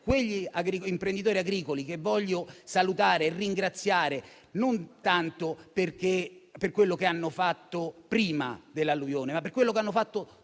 quegli imprenditori agricoli, che desidero salutare e ringraziare non tanto per quello che hanno fatto prima dell'alluvione, ma per quello che hanno fatto